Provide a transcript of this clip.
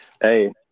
Hey